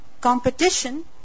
competition